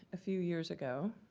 a few years ago,